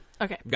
Okay